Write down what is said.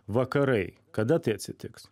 vakarai kada tai atsitiks